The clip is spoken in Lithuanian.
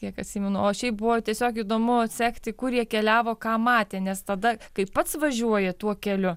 kiek atsimenu o šiaip buvo tiesiog įdomu atsekti kur jie keliavo ką matė nes tada kai pats važiuoji tuo keliu